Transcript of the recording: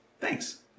Thanks